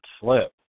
slip